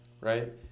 right